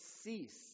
cease